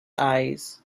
eyes